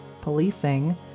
policing